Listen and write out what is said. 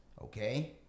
Okay